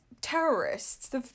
terrorists